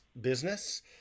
business